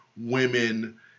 women